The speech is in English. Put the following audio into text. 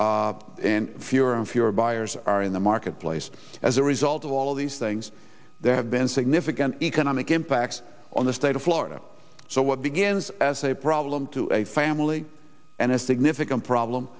decline and fewer and fewer buyers are in the marketplace as a result of all of these things they have been significant economic impacts on the state of florida so what begins as a problem to a family and a significant problem